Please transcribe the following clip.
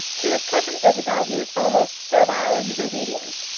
to his cousin isabel he was almost servile in his obedience.